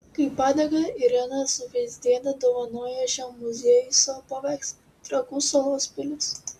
kaip padėką irena suveizdienė dovanojo šiam muziejui savo paveikslą trakų salos pilys